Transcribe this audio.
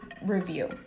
review